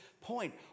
point